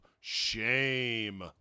shame